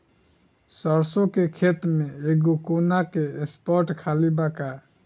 सरसों के खेत में एगो कोना के स्पॉट खाली बा का?